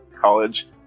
college